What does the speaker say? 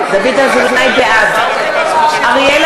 (קוראת בשמות חברי הכנסת) אריאל